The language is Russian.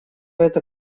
это